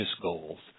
goals